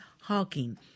Hawking